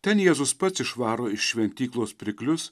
ten jėzus pats išvaro iš šventyklos pirklius